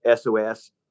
SOS